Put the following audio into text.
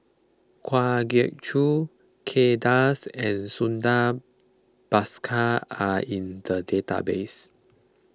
Kwa Geok Choo Kay Das and Santha Bhaskar are in the database